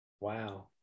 wow